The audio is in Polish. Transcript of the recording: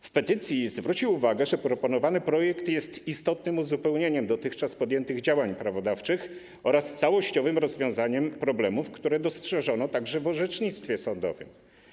W petycji zwrócił uwagę, że proponowany projekt jest istotnym uzupełnieniem podjętych dotychczas działań prawodawczych oraz całościowym rozwiązaniem problemów, które dostrzeżono także w orzecznictwie sądowym.